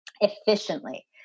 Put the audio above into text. efficiently